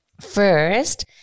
First